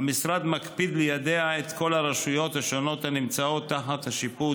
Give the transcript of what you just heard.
המשרד מקפיד ליידע את כל הרשויות השונות הנמצאות תחת השיפוט